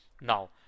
Now